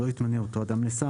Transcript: לא יתמנה אותו אדם לשר,